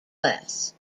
less